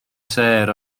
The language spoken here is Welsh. sêr